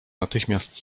natychmiast